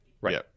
Right